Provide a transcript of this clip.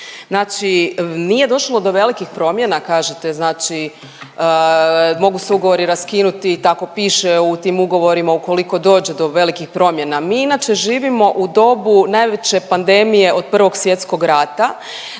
Znači nije došlo do velikih promjena kažete znači mogu se ugovori raskinuti i tako piše u tim ugovorima ukoliko dođe do velikih promjena. Mi inače živimo u dobu najveće pandemije od Prvog svjetskog rata,